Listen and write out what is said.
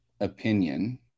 opinion